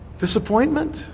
Disappointment